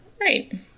Right